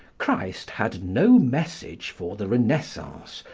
christ had no message for the renaissance,